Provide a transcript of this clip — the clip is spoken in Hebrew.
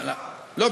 לא,